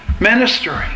ministering